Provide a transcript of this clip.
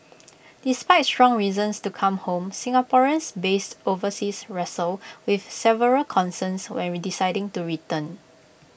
despite strong reasons to come home Singaporeans based overseas wrestle with several concerns when we deciding to return